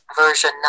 version